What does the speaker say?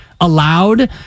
allowed